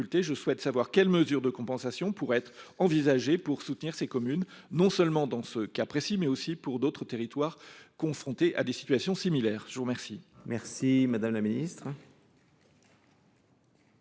je souhaite savoir quelles mesures de compensation pourraient être envisagées pour soutenir ces communes, non seulement dans ce cas précis, mais aussi pour d’autres territoires confrontés à des situations similaires ? La parole